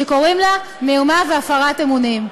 שקוראים לה "מרמה והפרת אמונים".